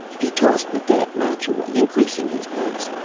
he tossed the dead match away, increasing his pace.